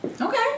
Okay